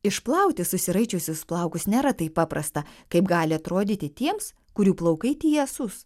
išplauti susiraičiusius plaukus nėra taip paprasta kaip gali atrodyti tiems kurių plaukai tiesūs